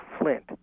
Flint